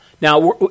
Now